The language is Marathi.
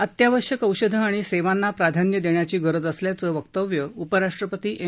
अत्यावश्यक औषधं आणि सेवांना प्राधान्य देण्याची गरज असल्याचं वक्तव्य उपराष्ट्रपती एम